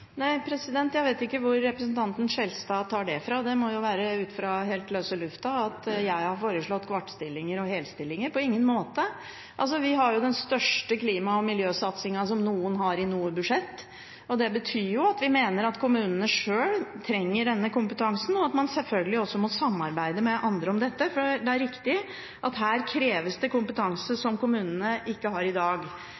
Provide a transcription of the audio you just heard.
Nei, jeg vet ikke hvor representanten Skjelstad tar det fra, det må jo være ut fra helt løse luften, at jeg har foreslått kvartstillinger og halvstillinger – på ingen måte! Vi har jo den største klima- og miljøsatsingen som noen har i noe budsjett, og det betyr at vi mener at kommunene selv trenger denne kompetansen, og at man selvfølgelig også må samarbeide med andre om dette. Det er riktig at det her kreves kompetanse